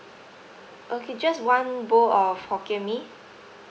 okay just one bowl of hokkien mee